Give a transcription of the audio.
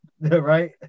Right